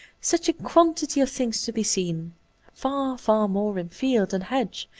such a quan tity of things to be seen far, far more in field and hedge,